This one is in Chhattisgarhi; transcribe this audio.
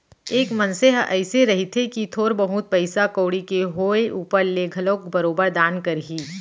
एक मनसे ह अइसे रहिथे कि थोर बहुत पइसा कउड़ी के होय ऊपर ले घलोक बरोबर दान करही